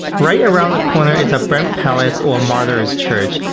right around the corner is ah burnt palace or martyrs church,